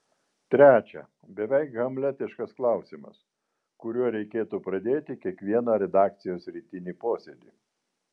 trečia beveik hamletiškas klausimas kuriuo reikėtų pradėti kiekvieną redakcijos rytinį posėdį